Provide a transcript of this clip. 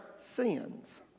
sins